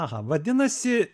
aha vadinasi